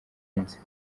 nzi